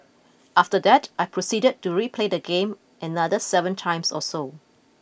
after that I proceeded to replay the game another seven times or so